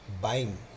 buying